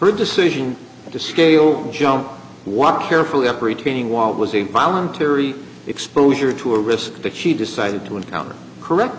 earth decision to scale jump walk your fully up retaining wall was a voluntary exposure to a risk that she decided to encounter correct